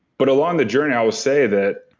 but along the journey i will say that,